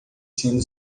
sendo